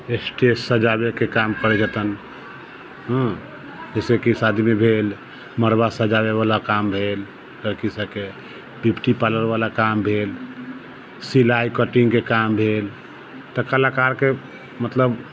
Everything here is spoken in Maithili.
स्टेज सजाबे के काम करऽ जेतनि हँ जैसे की शादी मे भेल मड़बा सजाबे बला काम भेल लड़की सबके ब्यूटी पार्लर बला काम भेल सिलाई कटिंगके काम भेल तऽ कलाकार के मतलब